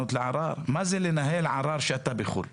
מה זה לנהל ערר כשאתה בחוץ לארץ?